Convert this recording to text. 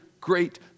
great